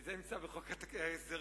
וזה נמצא בחוק ההסדרים,